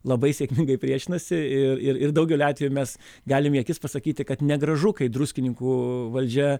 labai sėkmingai priešinasi ir ir ir daugeliu atvejų mes galim į akis pasakyti kad negražu kai druskininkų valdžia